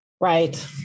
Right